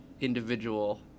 individual